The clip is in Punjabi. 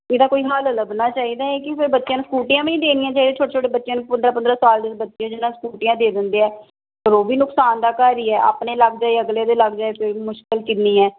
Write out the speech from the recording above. ਇਹਦਾ ਕੋਈ ਹੱਲ ਲੱਭਣਾ ਚਾਹੀਦਾ ਹੈ ਕਿ ਫਿਰ ਬੱਚਿਆਂ ਨੂੰ ਸਕੂਟੀਆਂ ਵੀ ਨਹੀਂ ਦੇਣੀਆਂ ਚਾਹੀਦੀਆਂ ਛੋਟੇ ਛੋਟੇ ਬੱਚਿਆਂ ਨੂੰ ਪੰਦਰਾਂ ਪੰਦਰਾਂ ਸਾਲ ਦੇ ਬੱਚੇ ਜਿਹਨਾਂ ਨੂੰ ਸਕੂਟੀਆਂ ਦੇ ਦਿੰਦੇ ਹੈ ਪਰ ਉਹ ਵੀ ਨੁਕਸਾਨ ਦਾ ਘਰ ਹੀ ਹੈ ਆਪਣੇ ਲੱਗ ਜਾਏ ਅਗਲੇ ਦੇ ਲੱਗ ਜਾਏ ਫਿਰ ਮੁਸ਼ਕਲ ਕਿੰਨੀ ਹੈ